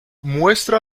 muestra